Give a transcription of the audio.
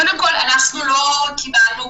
קודם כול לא קיבלנו,